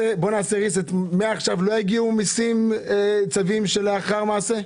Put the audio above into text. מעכשיו לא יגיעו צווים לאחר מעשה?